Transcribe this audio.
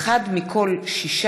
הצעת